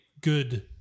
good